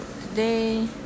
today